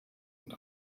und